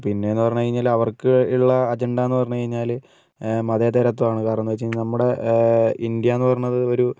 പിന്നെയെന്ന് പറഞ്ഞു കഴിഞ്ഞാൽ അവർക്ക് ഉള്ള അജണ്ടയെന്ന് പറഞ്ഞ് കഴിഞ്ഞാൽ മതേതരത്വം ആണ് കാരണം എന്ന് വെച്ച് കഴിഞ്ഞാൽ നമ്മുടെ ഇന്ത്യ എന്ന് പറഞ്ഞത് ഒരു